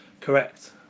correct